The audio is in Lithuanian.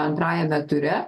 antrajame ture